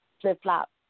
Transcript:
flip-flop